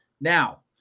Now